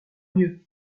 mieux